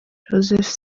joseph